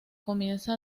comienza